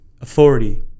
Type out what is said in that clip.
authority